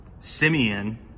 Simeon